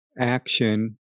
action